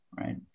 right